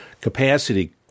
capacity